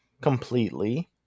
completely